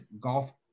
Golf